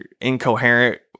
incoherent